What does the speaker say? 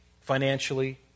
financially